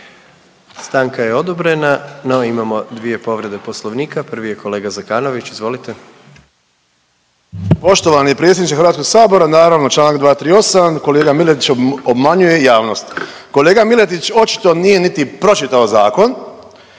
Stanka je odobrena, no imamo dvije povrede Poslovnika. Prvi je kolega Zekanović, izvolite. **Zekanović, Hrvoje (HDS)** Poštovani predsjedniče Hrvatskog sabora naravno Članak 238., kolega Miletić obmanjuje javnost. Kolega Miletić očito nije niti pročitao zakon.